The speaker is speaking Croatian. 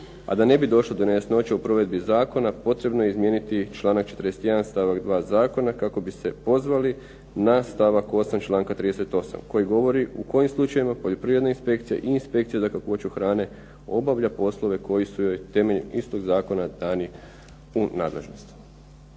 a da ne bi došlo do nejasnoća u provedbi zakona potrebno je izmijeniti članak 41. stavak 2. zakona kako bi se pozvali na stavak 8. članka 38. koji govori u kojim slučajevima poljoprivredna inspekcija i inspekcija za kakvoću hrane obavlja poslove koji su joj temeljem istog zakona dani u nadležnost.